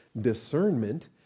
discernment